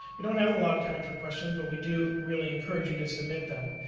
we don't have a lot of time for questions, but we do really encourage you to submit them.